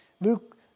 Luke